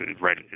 right